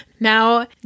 Now